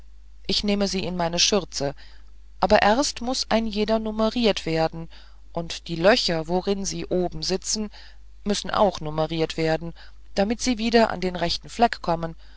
ich nehme sie in meine schürze aber erst muß ein jeder numeriert werden und die löcher worin sie da oben sitzen müssen auch numeriert werden damit sie wieder auf den rechten fleck kommen